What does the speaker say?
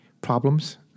problems